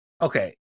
Okay